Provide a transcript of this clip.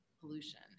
pollution